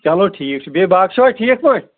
چلو ٹھیٖک چھُ بیٚیہِ باقٕے چھِوا ٹھیٖک پٲٹھۍ